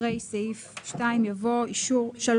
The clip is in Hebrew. אחרי סעיף 2 יבוא '3.